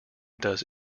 does